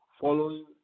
following